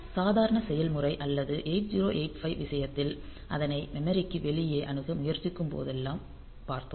சாதாரண செயல்முறை அல்லது 8085 விஷயத்தில் அதனை மெமரிக்கு வெளியே அணுக முயற்சிக்கும் போதெல்லாம் பார்த்தோம்